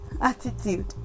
attitude